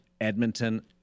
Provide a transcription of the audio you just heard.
Edmonton